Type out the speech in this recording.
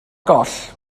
goll